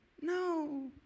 No